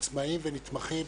עצמאיים ונתמכים.